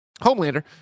Homelander